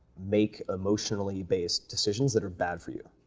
make emotionally based decisions that are bad for you,